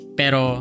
pero